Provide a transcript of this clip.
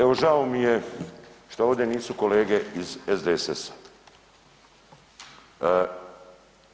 Evo žao mi je što ovdje nisu kolege iz SDSS-a.